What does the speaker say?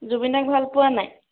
জুবিনদাক ভাল পোৱা নাই